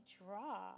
draw